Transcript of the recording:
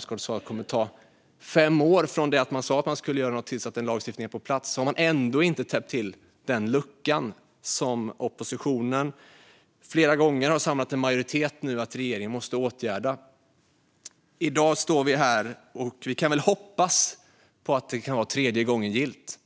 Som han sa kommer det att ta fem år från det att man sa att man skulle göra något till dess att en lagstiftning är på plats, och då har man ändå inte täppt till den lucka som oppositionen flera gånger har samlat en majoritet kring att regeringen måste åtgärda. I dag står vi här och hoppas på tredje gången gillt